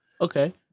Okay